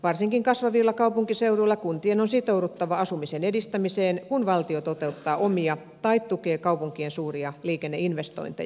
varsinkin kasvavilla kaupunkiseuduilla kuntien on sitouduttava asumisen edistämiseen kun valtio toteuttaa omia tai tukee kaupunkien suuria liikenneinvestointeja